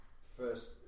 first